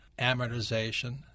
amortization